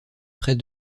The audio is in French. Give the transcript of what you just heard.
près